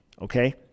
okay